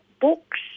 books